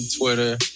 Twitter